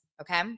Okay